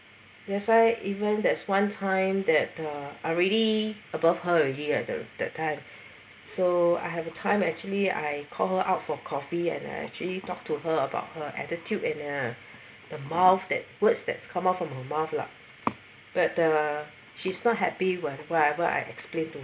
that's why even there's one time that uh already above her already at the that time so I have a time actually I called her out for coffee and I actually talked to her about her attitude and her mouth that words that come out from her mouth lah but uh she's not happy with whatever I explained to